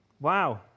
Wow